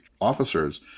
officers